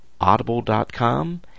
Audible.com